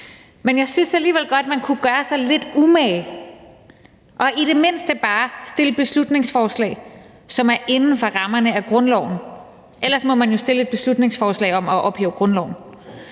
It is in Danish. Men jeg synes alligevel godt, at man kunne gøre sig lidt umage og i det mindste bare fremsætte beslutningsforslag, som er inden for rammerne af grundloven. Ellers må man jo fremsætte et beslutningsforslag om at ophæve grundloven.